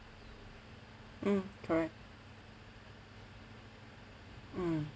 mm correct mm